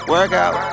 Workout